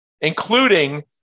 including